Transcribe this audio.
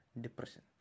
Depression